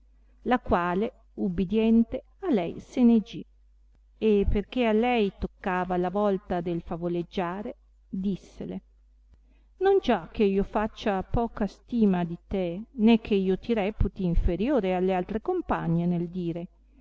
la quale ubbidiente a lei se ne gì e perchè a lei toccava la volta del favoleggiare dissele non già che io faccia poca stima di te né che io ti reputi inferiore alle altre compagne nel dire